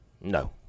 No